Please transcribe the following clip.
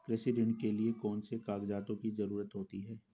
कृषि ऋण के लिऐ कौन से कागजातों की जरूरत होती है?